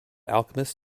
alchemists